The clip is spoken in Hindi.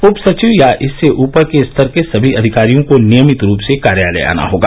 उप सचिव या इससे ऊपर के स्तर के सभी अधिकारियों को नियमित रूप से कार्यालय आना होगा